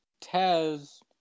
Tez